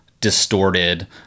distorted